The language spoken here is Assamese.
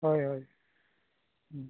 হয় হয়